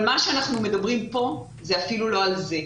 אבל על מה שאנחנו מדברים כאן, זה אפילו לא על זה.